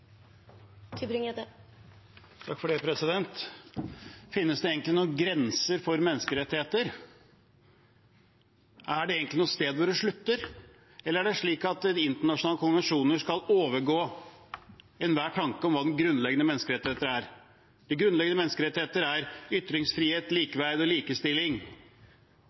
Finnes det egentlig noen grenser for menneskerettigheter? Er det egentlig noe sted hvor det slutter, eller er det slik at internasjonale konvensjoner skal overgå enhver tanke om hva de grunnleggende menneskerettigheter er? De grunnleggende menneskerettigheter er ytringsfrihet, likeverd og likestilling.